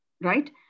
right